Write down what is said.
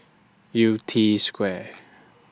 Yew Tee Square